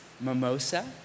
mimosa